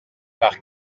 par